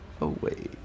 away